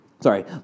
Sorry